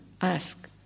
ask